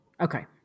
Okay